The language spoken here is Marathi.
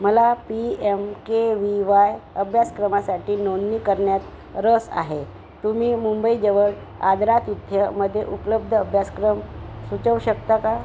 मला P M K V Y अभ्यासक्रमासाठी नोंदणी करण्यात रस आहे तुम्ही मुंबई जवळ आदरातिथ्यमध्ये उपलब्ध अभ्यासक्रम सुचवू शकता का